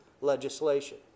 legislation